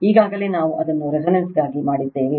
ಈಗಾಗಲೇ ನಾವು ಅದನ್ನುರೆಸೋನೆನ್ಸ್ ಗಾಗಿಮಾಡಿದ್ದೇವೆ